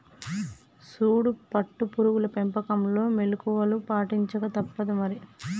సూడు పట్టు పురుగుల పెంపకంలో మెళుకువలు పాటించక తప్పుదు మరి